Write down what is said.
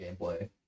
gameplay